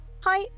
Hi